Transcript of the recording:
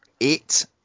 eight